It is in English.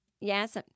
Yes